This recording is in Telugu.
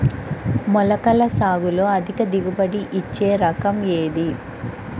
మొలకల సాగులో అధిక దిగుబడి ఇచ్చే రకం ఏది?